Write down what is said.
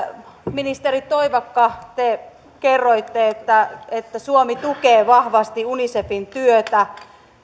ministeri toivakka te kerroitte että että suomi tukee vahvasti unicefin työtä